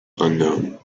unknown